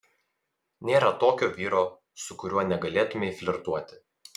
nėra tokio vyro su kuriuo negalėtumei flirtuoti